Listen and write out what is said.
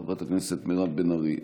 חברת הכנסת מירב בן ארי,